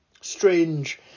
Strange